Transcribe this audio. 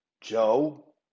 Joe